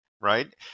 right